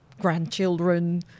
grandchildren